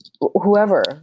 whoever